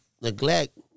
neglect